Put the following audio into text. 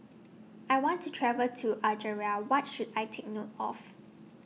I want to travel to Algeria What should I Take note of